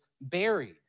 buried